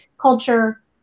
culture